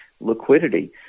liquidity